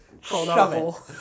Shovel